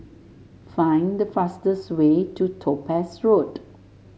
find the fastest way to Topaz Road